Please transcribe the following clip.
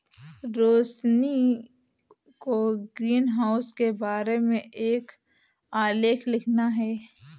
रोशिनी को ग्रीनहाउस के बारे में एक आलेख लिखना है